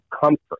comfort